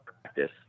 practice